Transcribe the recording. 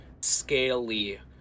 scaly